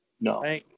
No